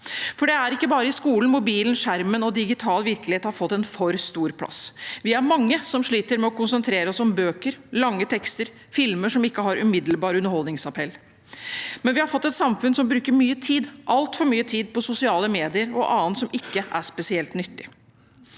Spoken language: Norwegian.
for det er ikke bare i skolen mobilen, skjermen og digital virkelighet har fått en for stor plass. Vi er mange som sliter med å konsentrere oss om bøker, lange tekster og filmer som ikke har umiddelbar underholdningsappell. Vi har fått et samfunn som bruker mye tid, altfor mye tid, på sosiale medier og annet som ikke er spesielt nyttig,